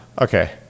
okay